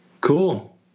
Cool